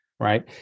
Right